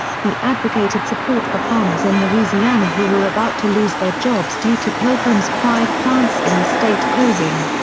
he advocated support for farmers in louisiana who were about to lose their jobs due to pilgrim's pride plants in the state closing.